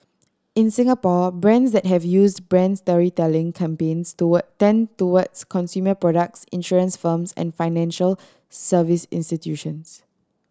in Singapore brands that have used brand storytelling campaigns toward tend towards consumer products insurance firms and financial service institutions